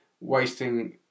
wasting